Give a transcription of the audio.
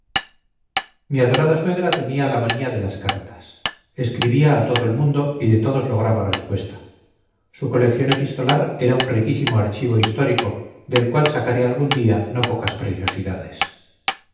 mi adorada suegra tenía la manía de las cartas escribía a todo el mundo y de todos lograba respuesta su colección epistolar era un riquísimo archivo histórico del cual sacaré algún día no pocas preciosidades